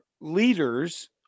leaders